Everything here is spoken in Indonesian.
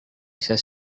saya